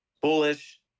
bullish